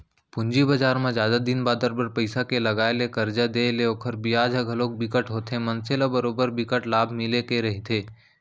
पूंजी बजार म जादा दिन बादर बर पइसा के लगाय ले करजा देय ले ओखर बियाज ह घलोक बिकट होथे मनसे ल बरोबर बिकट लाभ मिले के रहिथे